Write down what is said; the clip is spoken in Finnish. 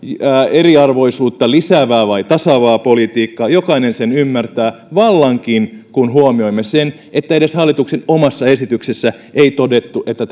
eriarvoisuutta lisäävää vai tasaavaa politiikkaa jokainen sen ymmärtää vallankin kun huomioimme sen että edes hallituksen omassa esityksessä ei todettu että